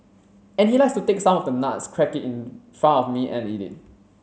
and he likes to take some of the nuts crack it in front of me and eat it